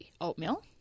oatmeal